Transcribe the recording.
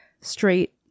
straight